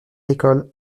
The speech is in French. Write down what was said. l’école